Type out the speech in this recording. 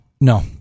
No